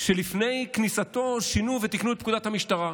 שלפני כניסתו שינו ותיקנו את פקודת המשטרה.